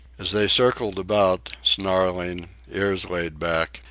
as they circled about, snarling, ears laid back,